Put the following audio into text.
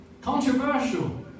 Controversial